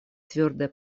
твердая